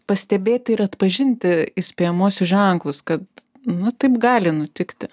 pastebėti ir atpažinti įspėjamuosius ženklus kad nu taip gali nutikti